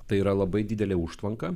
tai yra labai didelė užtvanka